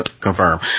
Confirm